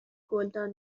گلدان